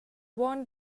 one